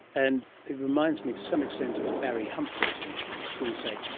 and it reminds me to some extent of barry humphries or, shall we say,